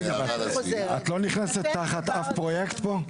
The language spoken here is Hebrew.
רגע, את לא נכנסת תחת אף פרויקט פה?